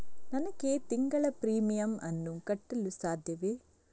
ನನಗೆ ತಿಂಗಳ ಪ್ರೀಮಿಯಮ್ ಅನ್ನು ಕಟ್ಟಲು ಸಾಧ್ಯವೇ?